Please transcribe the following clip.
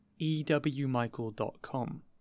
ewmichael.com